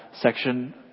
section